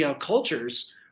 cultures